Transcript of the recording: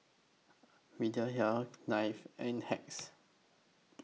Mediheal Knife and Hacks